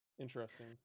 Interesting